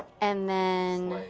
and then